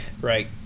Right